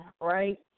right